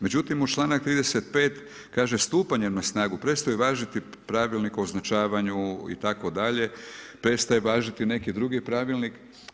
Međutim, u čl. 35. kaže, stupanjem na snagu prestaje važiti Pravilnik o označavanju itd., prestaju važiti neki drugi pravilnik.